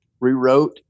rewrote